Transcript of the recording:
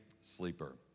sleeper